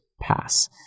pass